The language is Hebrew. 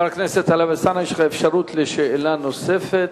חבר הכנסת טלב אלסאנע, יש לך אפשרות לשאלה נוספת.